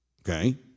Okay